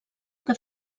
que